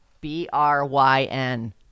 B-R-Y-N